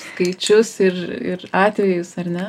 skaičius ir ir atvejus ar ne